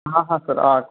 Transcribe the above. હા હા sir arts